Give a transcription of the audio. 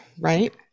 right